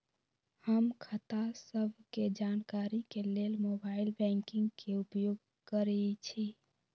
हम खता सभके जानकारी के लेल मोबाइल बैंकिंग के उपयोग करइछी